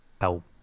help